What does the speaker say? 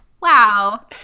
Wow